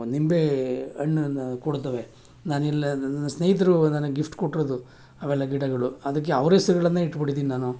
ನಿಂಬೆ ಹಣ್ಣನ್ನು ಕೊಡ್ತೇವೆ ನಾನು ಇಲ್ಲದಿದ್ದದ್ದು ಸ್ನೇಹಿತರೂ ನನಗೆ ಗೀಫ್ಟ್ ಕೊಟ್ಟಿರೋದು ಅವೆಲ್ಲ ಗಿಡಗಳು ಅದಕ್ಕೆ ಅವ್ರು ಹೆಸ್ರುಗಳನ್ನ ಇಟ್ಬಿಟ್ಟಿದ್ದೀನಿ ನಾನು